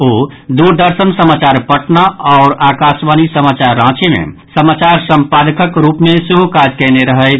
ओ दूरदर्शन समाचार पटना आओर आकाशवाणी समाचार रांची मे समाचार संपादक रूप मे सेहो काज कयने रहैथ